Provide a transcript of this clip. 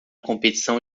competição